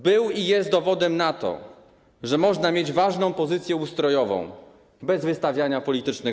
Był i jest dowodem na to, że można mieć ważną pozycję ustrojową bez wystawiania politycznych